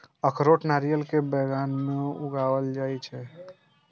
अखरोट नारियल के बगान मे उगाएल जाइ छै